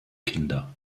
kinder